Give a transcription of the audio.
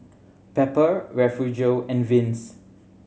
Pepper Refugio and Vince